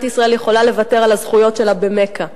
ישראל יכולה לוותר על הזכויות שלה במכה.